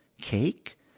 Cake